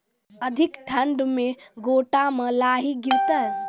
अधिक ठंड मे गोटा मे लाही गिरते?